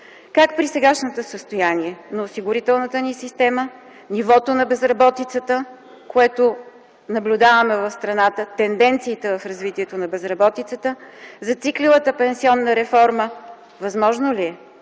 Как при сегашното състояние на осигурителната ни система, нивото на безработицата, което наблюдаваме в страната, тенденциите в развитието на безработицата, зациклилата пенсионна реформа, възможно ли е?